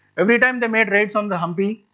every time they made raids on the hampi,